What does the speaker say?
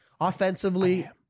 offensively